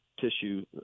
Tissue